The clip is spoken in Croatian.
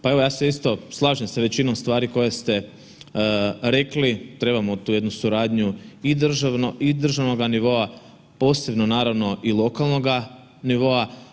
Pa evo ja se isto slažem sa većinom stvari koje ste rekli, trebamo tu jednu suradnju i državnoga nivoa, posebno naravno i lokalnoga nivoa.